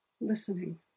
listening